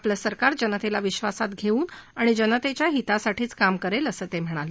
आपलं सरकार जनतेला विधासात घेऊन आणि जनतेच्या हितासाठीच काम करेल असं ते म्हणाले